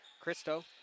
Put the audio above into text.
Christo